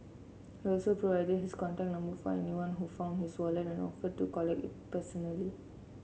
he also provided his contact number for anyone who found his wallet and offered to it personally